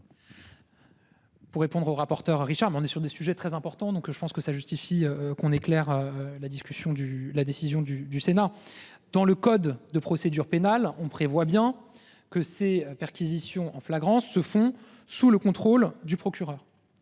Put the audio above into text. Pour répondre au rapporteur Richard mais on est sur des sujets très importants donc je pense que ça justifie qu'on est clair. La discussion du. La décision du du Sénat dans le code de procédure pénale, on prévoit bien que ces perquisitions en flagrance se font sous le contrôle du procureur.